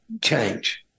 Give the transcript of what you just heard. change